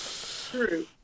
true